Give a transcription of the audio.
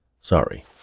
Sorry